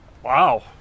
Wow